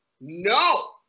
no